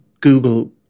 Google